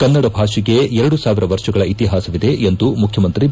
ಕನ್ನಡ ಭಾಷೆಗೆ ಎರಡು ಸಾವಿರ ವರ್ಷಗಳ ಇತಿಹಾಸವಿದೆ ಎಂದು ಮುಖ್ಯಮಂತ್ರಿ ಬಿ